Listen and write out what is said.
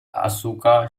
asuka